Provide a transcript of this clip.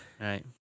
Right